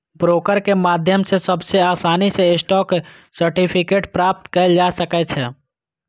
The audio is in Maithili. ब्रोकर के माध्यम सं सबसं आसानी सं स्टॉक सर्टिफिकेट प्राप्त कैल जा सकै छै